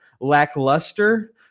lackluster